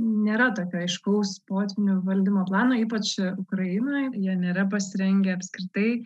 nėra tokio aiškaus potvynių valdymo plano ypač ukrainoje jie nėra pasirengę apskritai